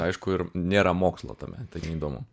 aišku ir nėra mokslo tame tai neįdomu